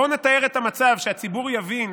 בואו נתאר את המצב, כדי שהציבור יבין